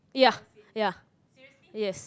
yeah yeah yes